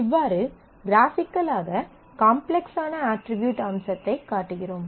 இவ்வாறு க்ராபிக்கலாக காம்ப்ளக்ஸான அட்ரிபியூட் அம்சத்தைக் காட்டுகிறோம்